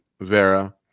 Vera